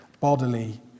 bodily